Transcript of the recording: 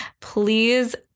please